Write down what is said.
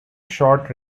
short